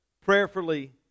Prayerfully